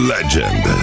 Legend